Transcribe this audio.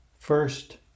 First